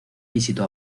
visitó